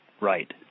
Right